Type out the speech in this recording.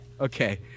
Okay